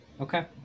Okay